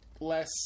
less